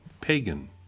Pagan